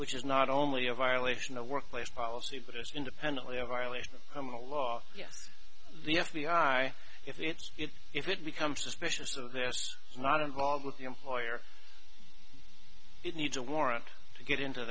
which is not only a violation of workplace policy but is independently a violation from a law yes the f b i if it's it if it becomes suspicious or they're not involved with the employer it needs a warrant to get into